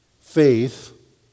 faith